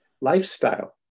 Lifestyle